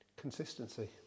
Consistency